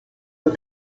the